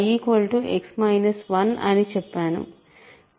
కానీ నేను y X 1 అని చెప్పాను